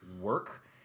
work